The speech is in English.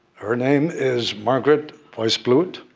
her name is margaret weissbluth.